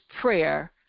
prayer